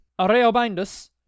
Areobindus